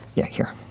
yeah. here,